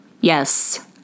Yes